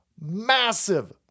massive